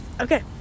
Okay